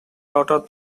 daughter